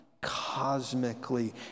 cosmically